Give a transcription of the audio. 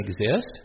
exist